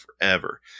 forever